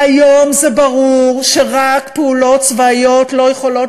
והיום זה ברור שרק פעולות צבאיות לא יכולות